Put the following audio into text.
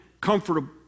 comfortable